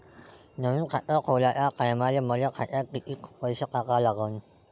नवीन खात खोलाच्या टायमाले मले खात्यात कितीक पैसे टाका लागन?